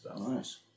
Nice